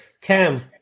Cam